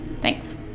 thanks